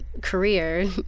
career